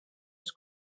els